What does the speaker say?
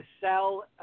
sell